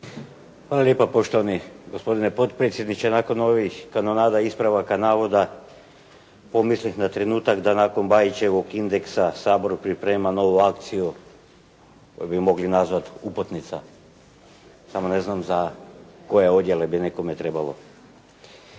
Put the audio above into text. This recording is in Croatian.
Hvala lijepa poštovani gospodine potpredsjedniče, nakon ovih …/Govornik se ne razumije./… ispravaka navoda, pomislih na trenutak da nakon Bajićevog indeksa Sabor priprema novu akciju koju bi mogli nazvati „uputnica“, samo ne znam za koje odjele bi nekome trebalo.